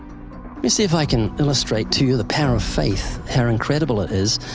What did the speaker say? me see if i can illustrate to you the power of faith, how incredible it is.